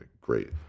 great